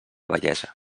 bellesa